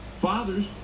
Fathers